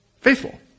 Faithful